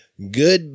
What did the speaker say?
goodbye